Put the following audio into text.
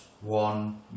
one